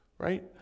right